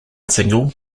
single